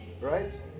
right